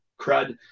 crud